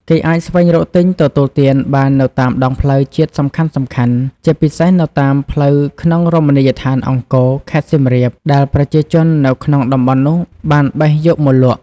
គេអាចស្វែងរកទិញទទួលទានបាននៅតាមដងផ្លូវជាតិសំខាន់ៗ ជាពិសេសនៅតាមផ្លូវក្នុងរមណីយដ្ឋានអង្គរ ខេត្តសៀមរាប ដែលប្រជាជននៅក្នុងតំបន់នោះបានបេះយកមកលក់ ។